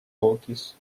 bodies